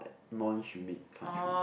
non humid countries